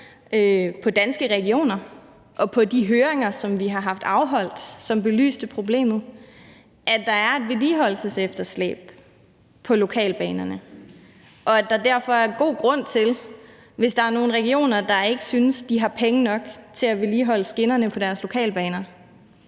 på Danske Regioner og på de høringer, som vi har haft afholdt, og som belyste problemet, at der er et vedligeholdelsesefterslæb på lokalbanerne, og at der derfor er god grund til det, hvis der er nogle regioner, der ikke synes, de har penge nok til at vedligeholde skinnerne på deres lokalbaner.